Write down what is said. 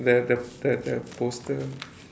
the the the the poster